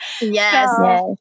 Yes